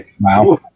Wow